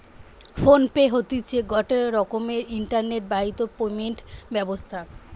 phone pay হতিছে গটে রকমের ইন্টারনেট বাহিত পেমেন্ট ব্যবস্থা